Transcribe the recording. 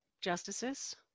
justices